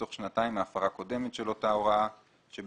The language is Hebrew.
בתוך שנתיים מהפרה קודמת של אותה הוראה שבשלה